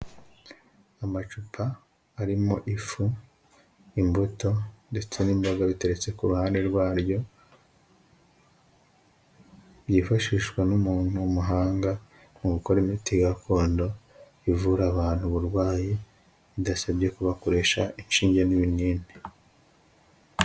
Amacupa arimo ifu, imbuto ndetse n'imboga biteretse ku ruhande rwaryo, byifashishwa n'umuntu w'umuhanga mu gukora imiti gakondo, ivura abantu uburwayi bidasabye ko bakoresha inshinge n'ibinini.